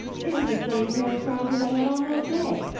it was this same pair of trousers i had on that day.